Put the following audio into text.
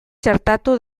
txertatu